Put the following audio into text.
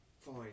Fine